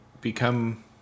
become